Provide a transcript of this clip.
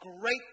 great